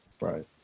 Right